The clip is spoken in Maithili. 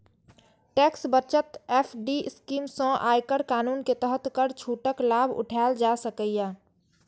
टैक्स बचत एफ.डी स्कीम सं आयकर कानून के तहत कर छूटक लाभ उठाएल जा सकैए